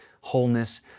wholeness